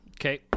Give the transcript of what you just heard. Okay